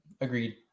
Agreed